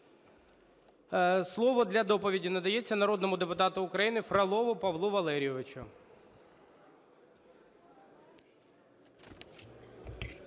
Слово для доповіді надається народному депутату України Фролову Павлу Валерійовичу.